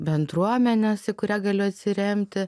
bendruomenės į kurią galiu atsiremti